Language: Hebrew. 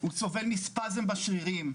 הוא סובל מספזם בשרירים,